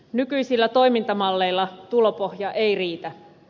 nykyisillä toimintamalleilla tulopohja ei riitä